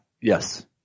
Yes